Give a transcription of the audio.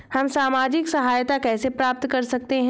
हम सामाजिक सहायता कैसे प्राप्त कर सकते हैं?